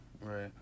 Right